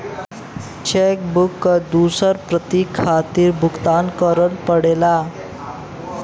check book क दूसर प्रति खातिर भुगतान करना पड़ला